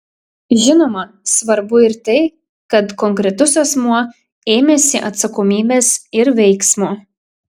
žinoma svarbu ir tai kad konkretus asmuo ėmėsi atsakomybės ir veiksmo